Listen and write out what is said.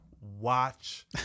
watch